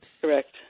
Correct